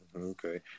Okay